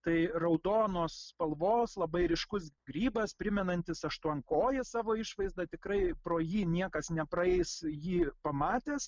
tai raudonos spalvos labai ryškus grybas primenantis aštuonkojį savo išvaizda tikrai pro jį niekas nepraeis jį pamatęs